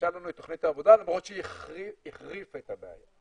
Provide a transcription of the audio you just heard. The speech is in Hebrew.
שיבשה לנו את תכנית העבודה למרות שהיא החריפה את הבעיה.